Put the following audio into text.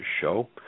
show